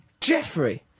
Jeffrey